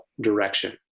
direction